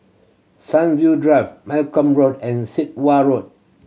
Sunview Drive Malcom Road and Sit Wah Road